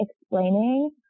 explaining